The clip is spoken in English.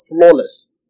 flawless